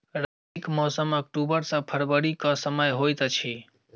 रबीक मौसम अक्टूबर सँ फरबरी क समय होइत अछि